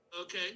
okay